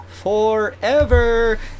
forever